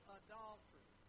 adultery